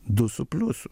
du su pliusu